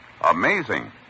Amazing